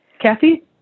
Kathy